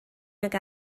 nag